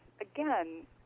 again